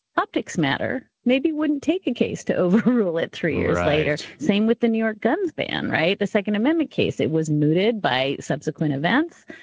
optics matter. maybe wouldn't take a case to overrule it three years later. right. same with the new york guns ban, right? the second amendment case. it was mooted by subsequent events.